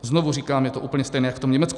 Znovu říkám, je to úplně stejné jako v tom Německu.